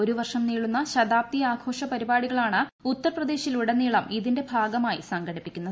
ഒരു വർഷം നീളുന്ന ശതാബ്ദി ആഘോഷ പരിപാടികളാണ് ഉത്തർപ്രദേശിലുടനീളം ഇതിന്റെ ഭാഗമായി സംഘടിപ്പിക്കുന്നത്